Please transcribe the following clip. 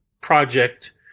project